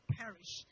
perish